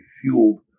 fueled